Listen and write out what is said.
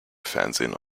fernsehen